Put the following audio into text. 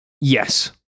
Yes